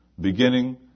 beginning